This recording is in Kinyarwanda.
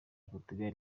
portugal